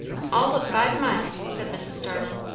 all of five miles, said mrs. starling.